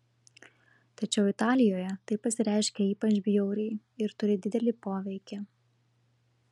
tačiau italijoje tai pasireiškia ypač bjauriai ir turi didelį poveikį